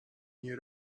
nie